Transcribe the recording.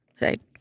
Right